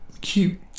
Cute